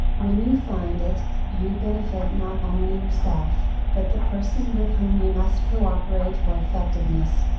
when you find it, you benefit not only yourself, but the person with whom you must cooperate for effectiveness.